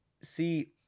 see